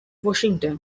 washington